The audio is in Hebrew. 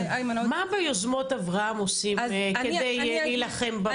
מה ביוזמות אברהם עושים כדי להילחם בפשיעה?